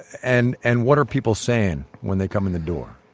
and and what are people saying when they come in the door?